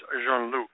Jean-Luc